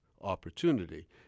opportunity